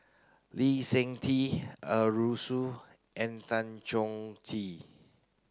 Lee Seng Tee Arasu and Tan Choh Tee